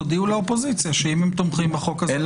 תודיעו לאופוזיציה שאם הם תומכים בחוק --- אין